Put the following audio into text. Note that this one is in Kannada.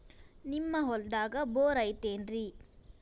ನಿಮ್ಮ ಹೊಲ್ದಾಗ ಬೋರ್ ಐತೇನ್ರಿ?